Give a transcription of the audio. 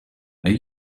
are